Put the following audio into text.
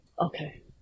Okay